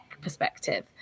perspective